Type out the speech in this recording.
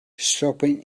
stopping